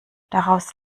daraus